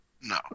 No